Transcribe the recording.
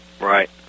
Right